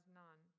none